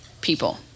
People